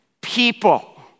people